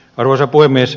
arvoisa puhemies